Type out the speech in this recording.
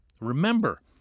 Remember